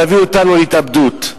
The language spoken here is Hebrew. להביא אותנו להתאבדות.